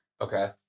Okay